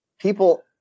people